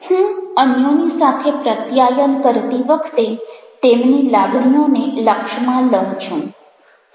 હું અન્યોની સાથે પ્રત્યાયન કરતી વખતે તેમની લાગણીઓને લક્ષમાં લઉં છું